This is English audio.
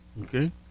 Okay